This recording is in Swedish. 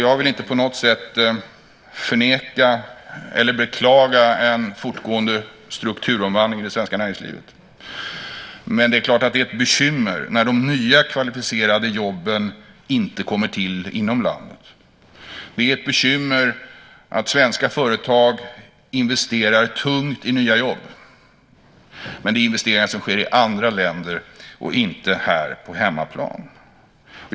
Jag vill inte på något sätt förneka eller beklaga en fortgående strukturomvandling i det svenska näringslivet, men det är klart att det är ett bekymmer när de nya kvalificerade jobben inte kommer till inom landet. Det är ett bekymmer att svenska företag investerar tungt i nya jobb men att det är investeringar som sker i andra länder och inte här på hemmaplan.